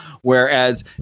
whereas